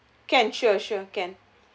can sure sure can